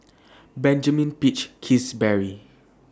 Benjamin Peach Keasberry